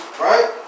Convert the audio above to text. right